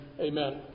amen